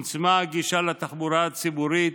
צומצמה הגישה לתחבורה הציבורית,